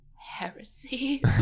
heresy